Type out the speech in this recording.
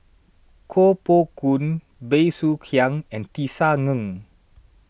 Koh Poh Koon Bey Soo Khiang and Tisa Ng